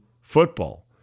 football